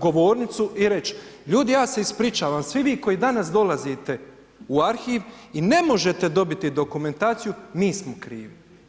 govornicu i reći ljudi, ja se ispričavam svi vi koji danas dolazite u arhiv i ne možete dobiti dokumentaciju mi smo krivi.